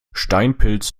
steinpilz